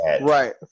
Right